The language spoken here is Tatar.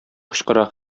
кычкыра